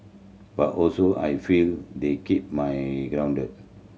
but also I feel they keep my grounded